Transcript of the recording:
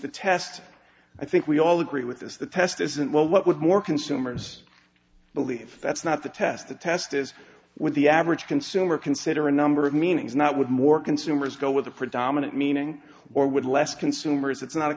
the test i think we all agree with this the test isn't well what would more consumers believe that's not the test the test is with the average consumer consider a number of meanings not with more consumers go with the predominant meaning or would less consumers it's not